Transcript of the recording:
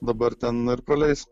dabar ten ir praleis